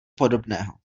podobného